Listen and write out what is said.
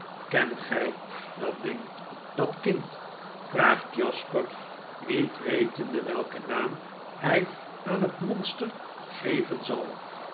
kent gy dat ding dat kind vraagt jasper niet wetende weiken naam hy aan het monster geven zal